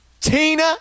Tina